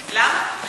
למה?